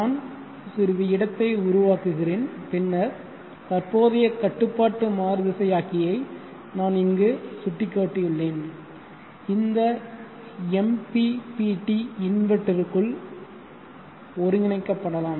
நான் சிறிது இடத்தை உருவாக்குகிறேன் பின்னர் தற்போதைய கட்டுப்பாட்டு மாறுதிசையாக்கியை நான் இங்கு சுட்டிக்காட்டியுள்ளேன் இந்த MPPT இன்வெர்ட்டருக்குள் ஒருங்கிணைக்கப்படலாம்